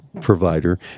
provider